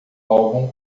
álbum